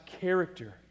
character